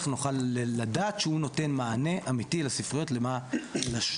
נוכל לדעת שהוא נותן מענה אמיתי לספריות למען,